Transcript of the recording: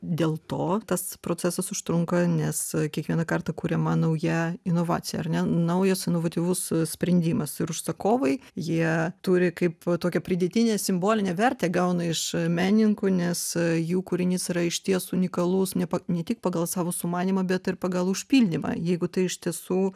dėl to tas procesas užtrunka nes kiekvieną kartą kuriama nauja inovacija ar ne naujas inovatyvus sprendimas ir užsakovai jie turi kaip tokią pridėtinę simbolinę vertę gauna iš menininkų nes jų kūrinys yra išties unikalus ne pa ne tik pagal savo sumanymą bet ir pagal užpildymą jeigu tai iš tiesų